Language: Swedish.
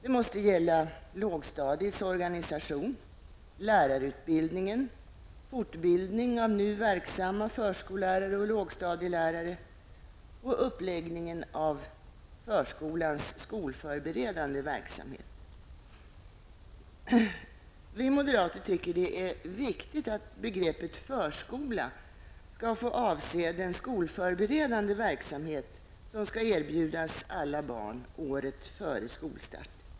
De måste gälla lågstadiets organisation, lärarutbildningen, fortbildning av nu verksamma förskollärare och lågstadielärare och uppläggningen av förskolans skolförberedande verksamhet. Vi moderater tycker att det är viktigt att begreppet förskola avser den skolförberedande verksamhet som skall erbjudas alla barn året före skolstarten.